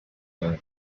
byubaka